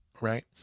right